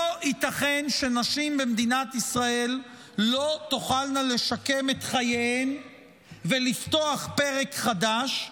לא ייתכן שנשים במדינת ישראל לא תוכלנה לשקם את חייהן ולפתוח פרק חדש,